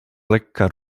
lekka